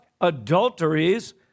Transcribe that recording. adulteries